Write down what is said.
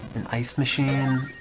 and ice machine